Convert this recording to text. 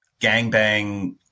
gangbang